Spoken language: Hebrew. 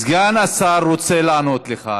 סגן השר רוצה לענות לך.